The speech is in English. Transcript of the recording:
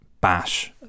bash